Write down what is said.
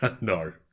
No